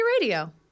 Radio